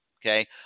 okay